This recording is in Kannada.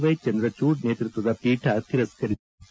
ವ್ಯೆಚಂದ್ರಚೂಡ್ ನೇತೃತ್ವದ ಪೀಠ ತಿರಸ್ತರಿಸಿದೆ